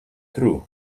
through